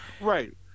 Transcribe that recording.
right